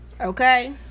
Okay